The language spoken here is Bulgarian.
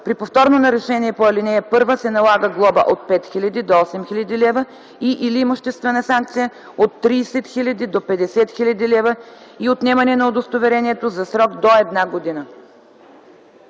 При повторно нарушение по ал. 1 се налага глоба от 5000 до 8000 лв. и/или имуществена санкция от 30 000 до 50 000 лв. и отнемане на удостоверението за срок до една година.”